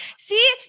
See